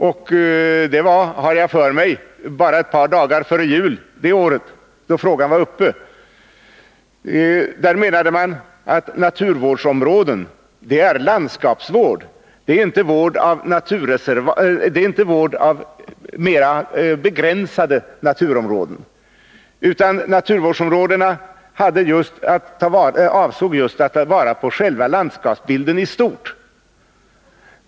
Det var, har jag för mig, bara ett par dagar före jul som frågan var uppe det året. Då sade man att naturvårdsområden handlar om landskapsvård, inte vård av mera begränsade naturområden. Med naturvårdsområden avsåg man just att ta vara på själva landskapsbilden i stort.